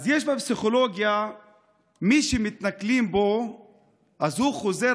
אז יש בפסיכולוגיה שמי שמתנכלים לו חוזר